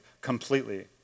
completely